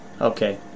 okay